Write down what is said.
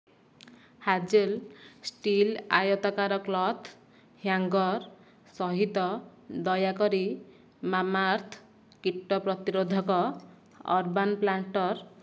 hazel steel ଆୟତାକାର cloth hanger ସହିତ ଦୟାକରି ମାମାଆର୍ଥ କୀଟ ପ୍ରତିରୋଧକ ଅରବାନ୍ ପ୍ଲାଟର